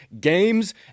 games